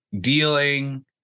dealing